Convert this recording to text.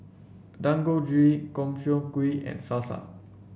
Dangojiru Gobchang Gui and Salsa